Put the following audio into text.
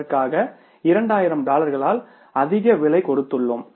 அதற்காக 2000 டாலர்களால் அதிக விலை கொடுத்துள்ளோம்